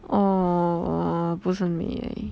oh err 不是很美 leh